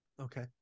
Okay